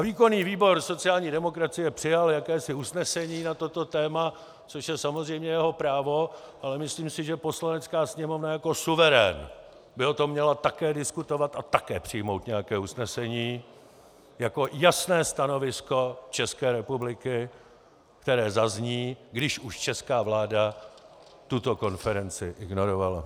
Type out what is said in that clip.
Výkonný výbor sociální demokracie přijal jakési usnesení na toto téma, což je samozřejmě jeho právo, ale myslím si, že Poslanecká sněmovna jako suverén by o tom měla také diskutovat a také přijmout nějaké usnesení jako jasné stanovisko České republiky, které zazní, když už česká vláda tuto konferenci ignorovala.